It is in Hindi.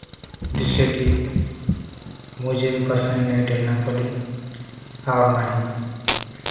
जिससे कि मुझे भी परेशानी ना झेलना पड़े और ना ही